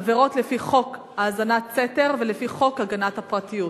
עבירות לפי חוק האזנת סתר ולפי חוק הגנת הפרטיות.